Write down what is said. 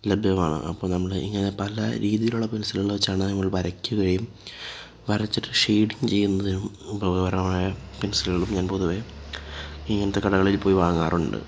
ലഭ്യമാണ് അപ്പോൾ നമ്മള് ഇങ്ങനെ പല രീതിയിലുള്ള പെന്സില് വെച്ചാണ് വരക്കുകയും വരച്ചിട്ട് ഷെയിഡ് ചെയ്യുന്നതിനും ഉപകാരമായ പെന്സിലുകളും ഞാന് പൊതുവേ ഇങ്ങനത്തെ കടകളില് പോയി വാങ്ങാറുണ്ട്